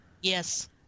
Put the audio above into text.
Yes